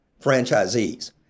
franchisees